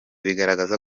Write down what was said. bigaragaza